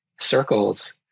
circles